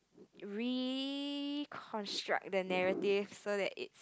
reconstruct the narrative so that it